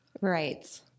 Right